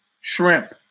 shrimp